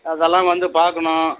அதெல்லாம் வந்து பார்க்கணும்